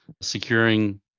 securing